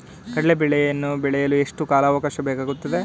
ಕಡ್ಲೆ ಬೇಳೆಯನ್ನು ಬೆಳೆಯಲು ಎಷ್ಟು ಕಾಲಾವಾಕಾಶ ಬೇಕಾಗುತ್ತದೆ?